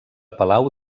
palau